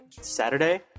Saturday